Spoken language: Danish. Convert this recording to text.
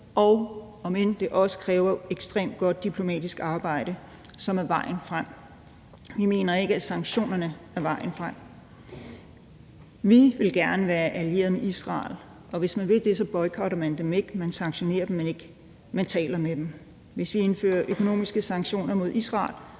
og om end det også kræver et ekstremt godt diplomatisk arbejde, er det vejen frem. Vi mener ikke, at sanktionerne er vejen frem. Vi vil gerne være allierede med Israel, og hvis man vil det, boykotter man dem ikke. Man sanktionerer dem ikke, man taler med dem. Hvis vi indfører økonomiske sanktioner mod Israel,